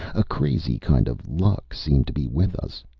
a crazy kind of luck seemed to be with us.